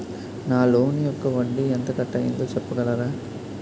నా లోన్ యెక్క వడ్డీ ఎంత కట్ అయిందో చెప్పగలరా?